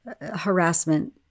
harassment